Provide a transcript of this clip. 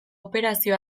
operazio